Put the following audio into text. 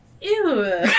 Ew